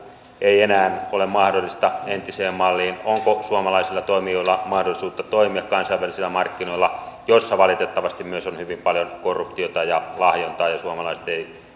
ei enää ole mahdollista entiseen malliin onko suomalaisilla toimijoilla mahdollisuutta toimia kansainvälisillä markkinoilla joilla valitettavasti myös on hyvin paljon korruptiota ja lahjontaa suomalaiset eivät